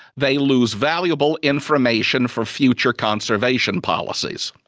they lose valuable information for future conservation policies.